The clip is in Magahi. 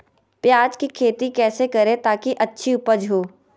प्याज की खेती कैसे करें ताकि अच्छी उपज हो?